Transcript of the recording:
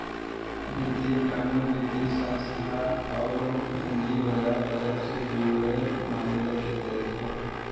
वित्तीय कानून, वित्तीय संस्थान औरो पूंजी बाजार बजट से जुड़े मामले के देखो हइ